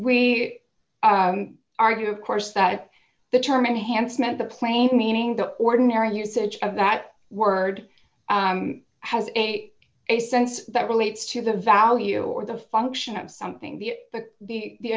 we argue of course that the term enhancement the plain meaning the ordinary usage of that word has a sense that relates to the value or the function of something the the the